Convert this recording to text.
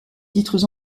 titres